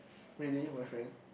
really boyfriend